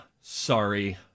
Sorry